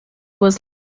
was